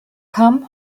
kam